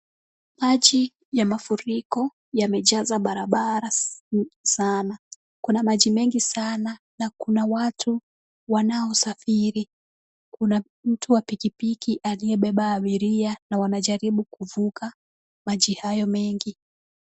Maji ya mafuriko yamejaza barabara sana, kuna maji mengi sana na kuna watu wanaosafiri, kuna mtu wa pikipiki aliyebeba abiria na wanajaribu kuvuka maji hayo mengi.